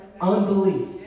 Unbelief